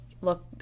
look